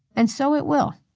and so it will.